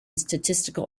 statistical